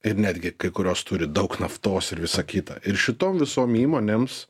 ir netgi kai kurios turi daug naftos ir visa kita ir šitom visom įmonėms